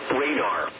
radar